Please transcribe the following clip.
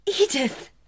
Edith